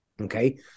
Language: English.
okay